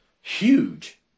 huge